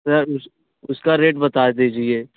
sir उस उसका rate बता दीजिए